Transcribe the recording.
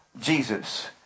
Jesus